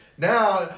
Now